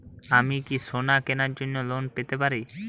আমি কি সোনা কেনার জন্য লোন পেতে পারি?